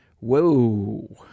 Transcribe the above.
Whoa